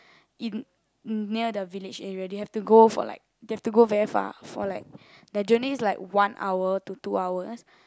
in near the village area they have to go for like they have to go very far for like their journey is like one hour to two hours